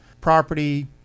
property